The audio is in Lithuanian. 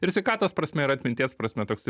ir sveikatos prasme ir atminties prasme toksai